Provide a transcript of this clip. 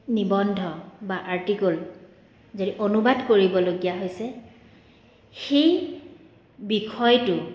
নিবন্ধ বা আৰ্টিকল যদি অনুবাদ কৰিবলগীয়া হৈছে সেই বিষয়টো